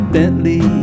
Bentley